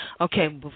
Okay